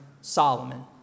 Solomon